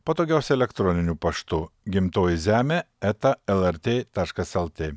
patogiausia elektroniniu paštu gimtoji zeme eta lrt taškas lt